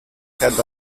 head